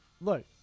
look